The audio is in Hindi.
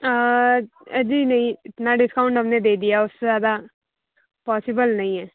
जी नहीं इतना डिस्काउंट हमने दे दिया उससे ज़्यादा पॉसिबल नहीं है